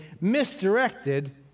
misdirected